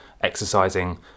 exercising